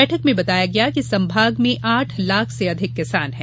बैठक में बताया गया कि संभाग में आठ लाख से अधिक किसान है